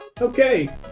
Okay